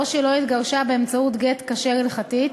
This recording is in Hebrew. או שלא התגרשה באמצעות גט כשר הלכתית,